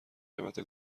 قیمت